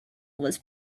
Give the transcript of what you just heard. was